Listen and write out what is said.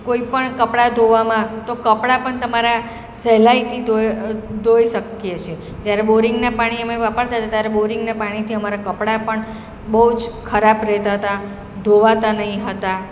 કોઈપણ કપડા ધોવામાં તો કપડાં પણ તમારા સહેલાઈથી ધોઈ શકીએ છે જ્યારે બોરિંગનાં પાણી અમે વાપરતા હતા ત્યારે બોરિંગના ંપાણીથી અમારા કપડાં પણ બહુ જ ખરાબ રહેતાં હતાં ધોવાતા નહીં હતાં